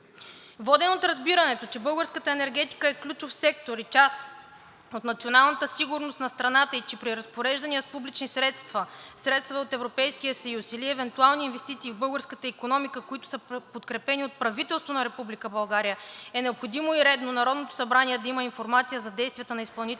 Водени от разбирането, че българската енергетика е ключов сектор и част от националната сигурност на страната и че при разпореждания с публични средства, средства от Европейския съюз или евентуални инвестиции в българската икономика, които са подкрепени от правителство на Република България, е необходимо и редно Народното събрание да има информация за действията на изпълнителната